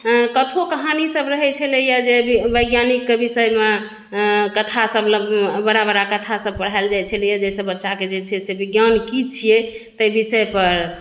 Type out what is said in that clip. कथो कहानी सभ रहै छलै है जे वैज्ञानिकके विषयमे कथा सभ बड़ा बड़ा कथा सभ पढ़ायल जाइ छलै हैं जाहिसँ बच्चाके जे छै से विज्ञान की छियै तेहि विषयपर